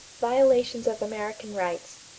violations of american rights.